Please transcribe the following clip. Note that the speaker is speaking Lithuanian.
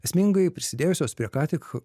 esmingai prisidėjusios prie ką tik